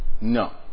No